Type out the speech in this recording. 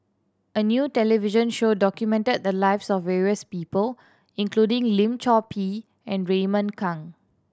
a new television show documented the lives of various people including Lim Chor Pee and Raymond Kang